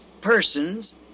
person's